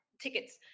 tickets